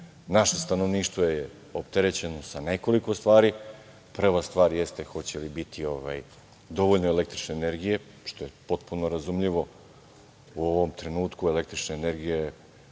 Naše stanovništvo je opterećeno sa nekoliko stvari. Prva stvar jeste hoće li biti dovoljno električne energije, što je potpuno razumljivo u ovom trenutku. Električna energija